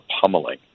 pummeling